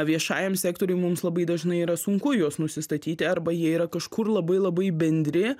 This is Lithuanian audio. viešajam sektoriuj mums labai dažnai yra sunku juos nusistatyti arba jie yra kažkur labai labai bendri